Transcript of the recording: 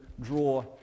draw